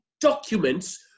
documents